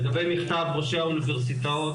לגבי מכתב ראשי האוניברסיטאות,